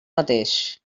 mateix